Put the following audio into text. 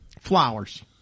Flowers